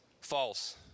False